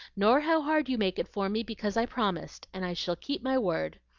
nor how hard you make it for me because i promised, and i shall keep my word.